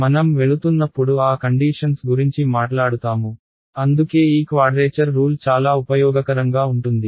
మనం వెళుతున్నప్పుడు ఆ కండీషన్స్ గురించి మాట్లాడుతాము అందుకే ఈ క్వాడ్రేచర్ రూల్ చాలా ఉపయోగకరంగా ఉంటుంది